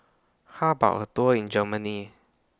How about A Tour in Germany